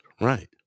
right